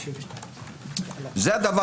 הדבר